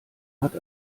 hat